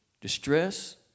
distress